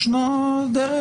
יש דרך.